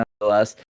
nonetheless